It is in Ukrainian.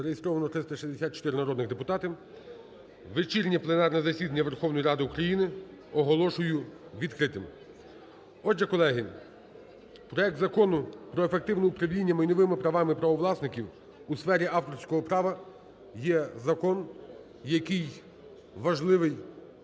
Зареєстровано 364 народних депутати. Вечірнє пленарне засідання Верховної Ради України оголошую відкритим. Отже, колеги, проект Закону про ефективне управління майновими правами правовласників у сфері авторського права є закон, який важливий